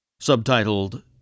Subtitled